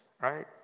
right